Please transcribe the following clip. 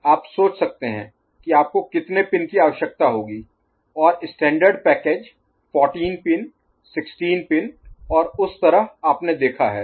तो आप विचार कर सकते हैं आप सोच सकते हैं कि आपको कितने पिन की आवश्यकता होगी और स्टैण्डर्ड Standard मानक पैकेज 14 पिन 16 पिन और उस तरह आपने देखा है